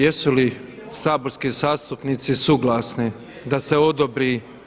Jesu li saborski zastupnici suglasni da se odobri?